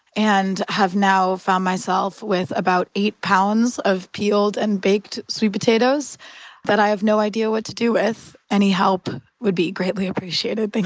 and have now found myself with about eight pounds of peeled and baked sweet potatoes that i have no idea what to do with any help would be greatly appreciated.